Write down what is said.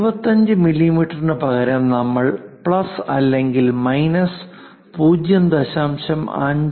25 മില്ലീമീറ്ററിന് പകരം നമുക്ക് പ്ലസ് അല്ലെങ്കിൽ മൈനസ് 0